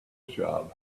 job